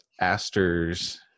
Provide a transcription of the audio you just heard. Aster's